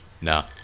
No